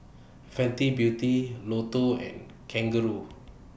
Fenty Beauty Lotto and Kangaroo